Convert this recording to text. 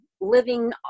living